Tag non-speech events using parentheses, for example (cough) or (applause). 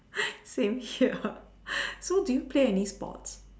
(breath) same here (breath) so do you play any sports